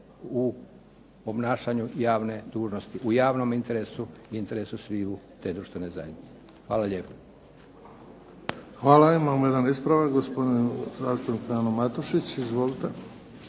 u obnašanju javne dužnosti, u javnom interesu, interesu sviju te društvene zajednice. Hvala lijepo. **Bebić, Luka (HDZ)** Hvala, imamo jedan ispravak, gospodin zastupnik Frano Matušić. Izvolite.